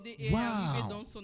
Wow